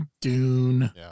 Dune